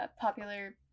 popular